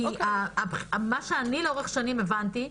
כי מה שאני לאורך שנים הבנתי,